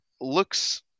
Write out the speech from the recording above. looks